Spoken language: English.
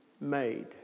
made